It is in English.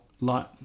light